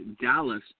Dallas